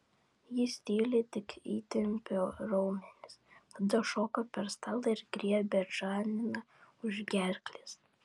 jis tyli tik įtempia raumenis tada šoka per stalą ir griebia džaniną už gerklės